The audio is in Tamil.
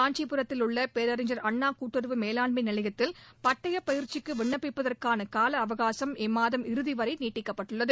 காஞ்சிபுரத்தில் உள்ள பேரறிஞர் அண்ணா கூட்டுறவு மேலாண்மை நிலையத்தில் பட்டயப் பயிற்சிக்கு விண்ணப்பிப்பதற்கான கால அவகாசும் இம்மாதம் இறுதிவரை நீட்டிக்கப்பட்டுள்ளது